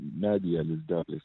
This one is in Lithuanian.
medyje lizdely